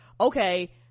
okay